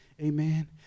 Amen